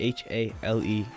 h-a-l-e